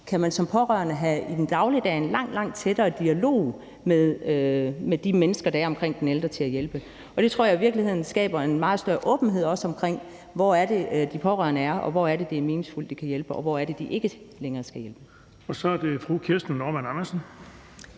kan man som pårørende i dagligdagen have en langt, langt tættere dialog med de mennesker, der er omkring den ældre til at hjælpe. Det tror jeg i virkeligheden også skaber en meget større åbenhed om, hvor de pårørende er, og hvor det er meningsfuldt, de kan hjælpe, og hvor det er, de ikke længere skal hjælpe. Kl. 14:55 Den fg. formand (Erling